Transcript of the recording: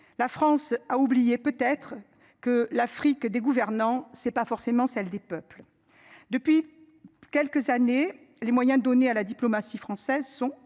La France a oublié, peut être que l'Afrique des gouvernants c'est pas forcément celle des peuples. Depuis quelques années les moyens donnés à la diplomatie française sont